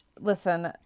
Listen